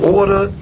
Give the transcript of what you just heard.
order